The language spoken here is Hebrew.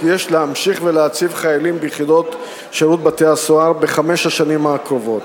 כי יש להמשיך להציב חיילים ביחידות שירות בתי-הסוהר בחמש השנים הקרובות.